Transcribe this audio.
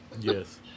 Yes